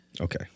Okay